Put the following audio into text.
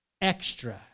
extra